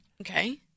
Okay